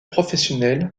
professionnelle